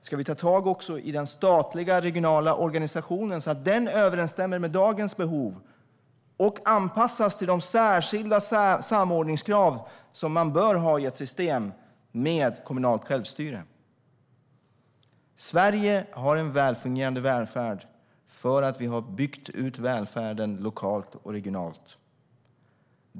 Ska vi ta tag också i den statliga regionala organisationen, så att den överensstämmer med dagens behov och anpassas till de särskilda samordningskrav som man bör ha i ett system med kommunalt självstyre? Sverige har en välfungerande välfärd för att vi har byggt ut välfärden lokalt och regionalt.